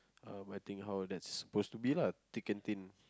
um I think how that's suppose to be lah thick and thin